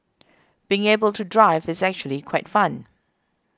being able to drive is actually quite fun